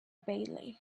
bailey